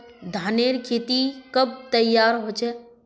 धानेर खेती कब तैयार होचे?